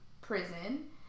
prison